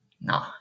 no